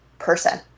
person